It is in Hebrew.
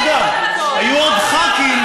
אגב, היו עוד חברי